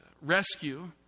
rescue